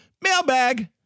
Mailbag